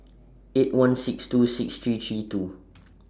eight one six two six three three two